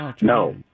No